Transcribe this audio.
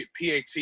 PAT